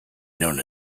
known